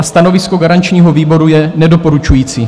Stanovisko garančního výboru je nedoporučující.